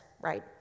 right